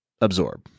absorb